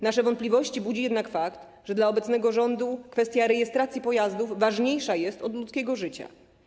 Nasze wątpliwości budzi jednak fakt, że dla obecnego rządu kwestia rejestracji pojazdów ważniejsza jest od ludzkiego życia.